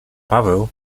paweł